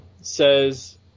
says